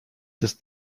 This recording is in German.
das